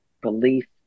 belief